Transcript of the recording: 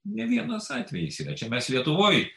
ne vienas atvejis yra čia mes lietuvoj